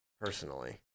personally